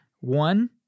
one